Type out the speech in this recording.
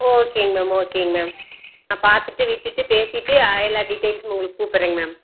ஓகேங்க மேம் ஓகேங்க மேம் நான் பார்த்துட்டு விட்டுட்டு பேசிட்டு எல்லா டீட்டெயில்ஸும் உங்களுக்கு கூப்புடுறேங் மேம்